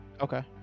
okay